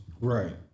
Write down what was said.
Right